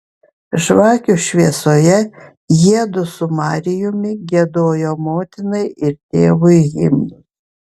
žvakių šviesoje jiedu su marijumi giedojo motinai ir tėvui himnus